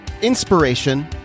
inspiration